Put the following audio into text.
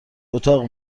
اتاق